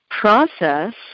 process